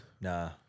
Nah